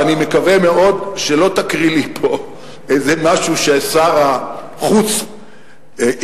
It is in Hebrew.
ואני מקווה מאוד שלא תקריא לי פה איזה משהו ששר החוץ הכתיב